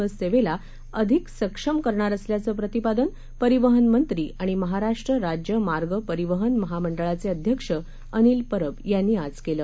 बस सेवेला अधिक सक्षम करणार असल्याचं प्रतिपादन परिवहनमंत्री आणि महाराष्ट्र राज्य मार्ग परिवहन महामंडळाचे अध्यक्ष अनिल परब यांनी आज केलं